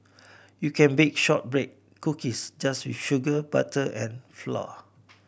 you can bake shortbread cookies just with sugar butter and flour